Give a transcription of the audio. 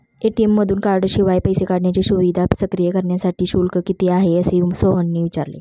ATM मधून कार्डशिवाय पैसे काढण्याची सुविधा सक्रिय करण्यासाठी शुल्क किती आहे, असे सोहनने विचारले